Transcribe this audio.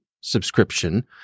subscription